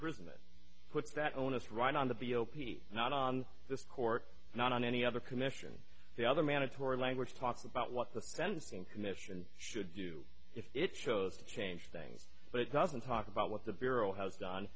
prison it puts that onus right on the b o p s not on this court not on any other commission the other mandatory language talk about what the fencing commission should do if it chose to change things but it doesn't talk about what the bureau has done